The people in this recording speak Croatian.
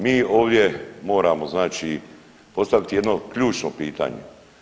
Mi ovdje moramo znači postaviti jedno ključno pitanje.